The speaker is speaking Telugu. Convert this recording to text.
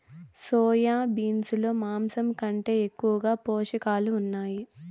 సోయా బీన్స్ లో మాంసం కంటే ఎక్కువగా పోషకాలు ఉన్నాయి